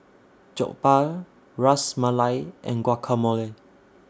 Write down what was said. Jokbal Ras Malai and Guacamole